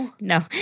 No